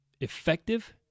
effective